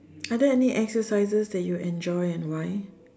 are there any exercises that you enjoy and why